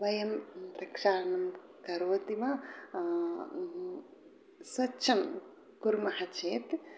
वयं वृक्षाणां करोति वा स्वच्छं कुर्मः चेत्